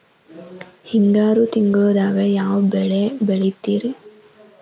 ಹಿಂಗಾರು ತಿಂಗಳದಾಗ ಯಾವ ಬೆಳೆ ಬೆಳಿತಿರಿ?